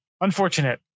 Unfortunate